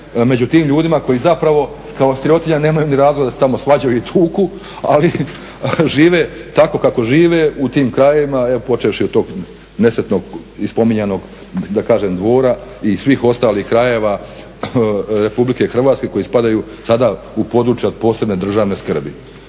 među tim ljudima koji zapravo kao sirotinja nemaju ni razloga da se tamo svađaju i tuku ali žive tako kako žive, u tim krajevima evo počevši od tog nesretnog i spominjanog da kažem Dvora i svih ostalih krajeva Republike Hrvatske koji spadaju sada u područja od posebne državne skrbi.